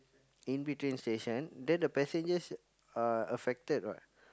in between station then the passengers are affected what